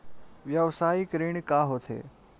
व्यवसायिक ऋण का होथे?